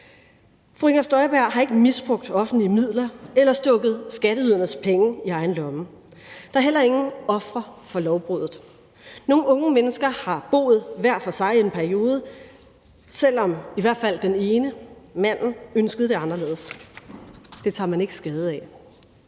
Fru Inger Støjberg har ikke misbrugt offentlige midler eller stukket skatteydernes penge i egen lomme. Der er heller ingen ofre for lovbruddet. Nogle unge mennesker har boet hver for sig i en periode, selv om i hvert fald den ene, manden, ønskede det anderledes. Det tager man ikke skade af.